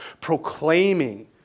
proclaiming